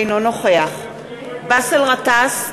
אינו נוכח באסל גטאס,